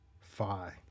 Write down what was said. phi